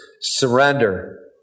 surrender